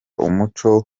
umuco